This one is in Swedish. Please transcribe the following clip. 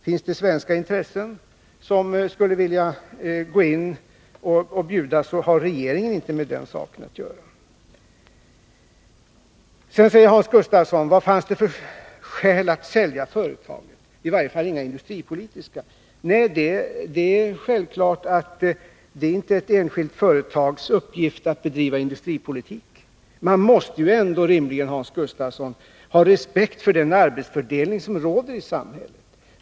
Finns det svenska intressen som vill gå in och bjuda, har regeringen ingenting med den saken att göra. Sedan frågar Hans Gustafsson vad det fanns för skäl att sälja företaget och säger: I varje fall föreligger inga industripolitiska skäl. Nej, det är självklart att det inte är ett enskilt industriföretags uppgift att bedriva industripolitik. Man måste ju ändå, Hans Gustafsson, rimligen ha respekt för den arbetsfördelning som råder i samhället.